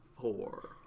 four